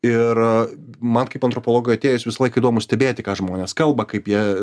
ir man kaip antropologui atėjus visąlaik įdomu stebėti ką žmonės kalba kaip jie